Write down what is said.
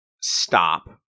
stop